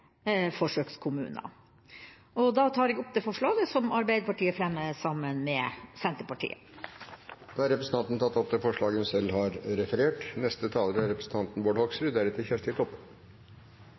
hjemmetjenestene, og at utforminga av de enkelte forsøk gjøres i samråd med forsøkskommunene. Da tar jeg opp det forslaget som Arbeiderpartiet fremmer sammen med Senterpartiet. Representanten Tove Karoline Knutsen har tatt opp det forslaget hun refererte til. Jeg er